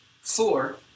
four